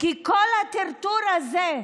כי כל הטרטור הזה,